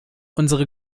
unsere